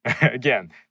Again